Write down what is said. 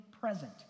present